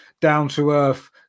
down-to-earth